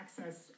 access